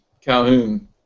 Calhoun